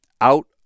out